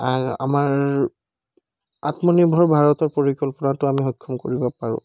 আমাৰ আত্মনিৰ্ভৰ ভাৰতৰ পৰিকল্পনাটো আমি সক্ষম কৰিব পাৰোঁ